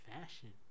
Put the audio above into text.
fashion